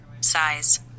size